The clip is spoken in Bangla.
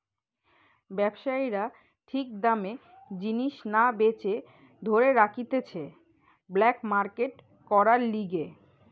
ব্যবসায়ীরা ঠিক দামে জিনিস না বেচে ধরে রাখতিছে ব্ল্যাক মার্কেট করার লিগে